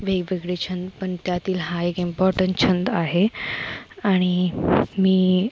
वेगवेगळे छंद पण त्यातील हा एक इम्पॉर्टंट छंद आहे आणि मी